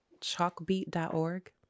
Chalkbeat.org